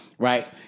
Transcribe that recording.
Right